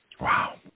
Wow